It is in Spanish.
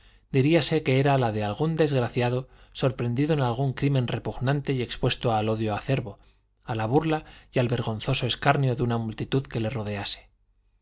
rostro diríase que era la de algún desgraciado sorprendido en algún crimen repugnante y expuesto al odio acerbo a la burla y al vergonzoso escarnio de una multitud que le rodease